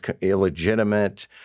illegitimate